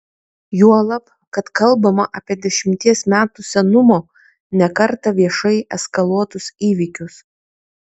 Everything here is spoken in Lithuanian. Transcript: juolab kad kalbama apie dešimties metų senumo ne kartą viešai eskaluotus įvykius